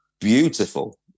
beautiful